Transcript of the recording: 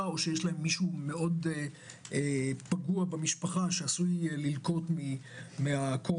או שיש להם מישהו מאוד פגוע במשפחה שעשוי ללקות מהקורונה,